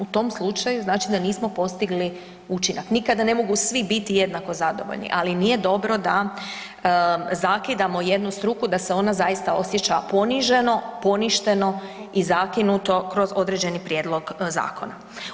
U tom slučaju znači da nismo postigli učinak, nikada ne mogu biti svi jednako zadovoljni, ali nije dobro da zakidamo jednu struku da se ona zaista osjeća poniženo, poništeno i zakinuto kroz određeni prijedlog zakona.